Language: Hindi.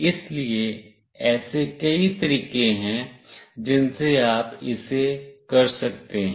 इसलिए ऐसे कई तरीके हैं जिनसे आप इसे कर सकते हैं